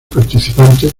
participantes